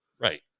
Right